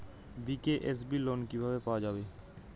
BKSB loan কিভাবে পাওয়া যাবে?